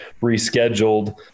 rescheduled